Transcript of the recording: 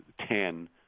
ten